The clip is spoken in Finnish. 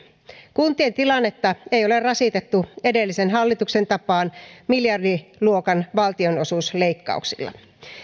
kuntien tilannetta ei ole rasitettu edellisen hallituksen tapaan miljardiluokan valtionosuusleikkauksilla